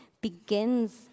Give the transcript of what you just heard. begins